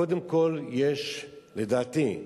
קודם כול יש, לדעתי,